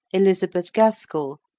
elizabeth gaskell,